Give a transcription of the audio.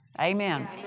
Amen